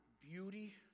beauty